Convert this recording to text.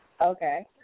Okay